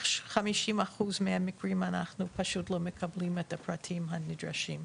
כ-50% מהמקרים אנחנו פשוט לא מקבלים את הפרטים הנדרשים.